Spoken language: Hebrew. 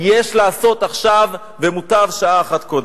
יש לעשות עכשיו, ומוטב שעה אחת קודם.